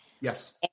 yes